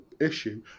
issue